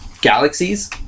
galaxies